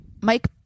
mike